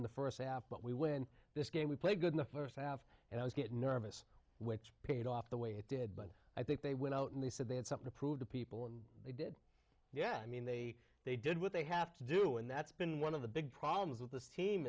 in the first half but we win this game we played good in the first half and i was get nervous when it's paid off the way it did but i think they went out and they said they had something to prove to people and they did yeah i mean they they did what they have to do and that's been one of the big problems with this team